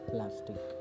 Plastic